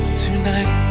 tonight